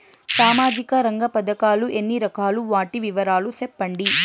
సామాజిక రంగ పథకాలు ఎన్ని రకాలు? వాటి వివరాలు సెప్పండి